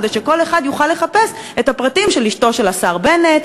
כדי שכל אחד יוכל לחפש את הפרטים של אשתו של השר בנט,